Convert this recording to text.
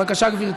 בבקשה, גברתי.